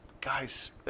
guys